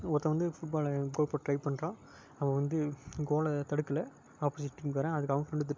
ஒருத்தன் வந்து football goal போட ட்ரை பண்ணுறான் அவன் வந்து கோலை தடுக்கலை ஆப்போசிட் டீம்காரன் அதுக்கு அவன் ஃப்ரெண்டு திட்டுறான்